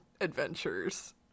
adventures